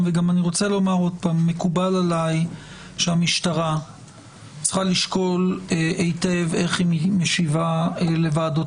מקובל עליי שהמשטרה צריכה לשקול היטב איך היא משיבה לוועדות